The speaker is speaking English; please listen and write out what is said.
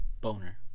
boner